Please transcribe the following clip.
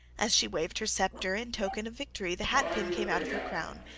as she waved her sceptre in token of victory the hat-pin came out of her crown,